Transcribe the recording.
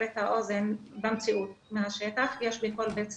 את האוזן במציאות מהשטח יש לכל בית ספר,